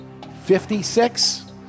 56